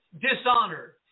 dishonored